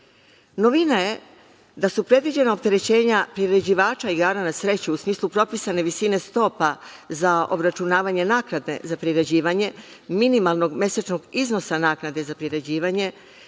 je da su predviđena opterećenja priređivača igara na sreću, u smislu propisane visine stopa za obračunavanje naknade za priređivanje minimalnog mesečnog iznosa naknade za priređivanje,